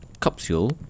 capsule